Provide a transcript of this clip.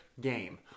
game